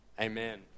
Amen